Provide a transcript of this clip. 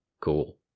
Cool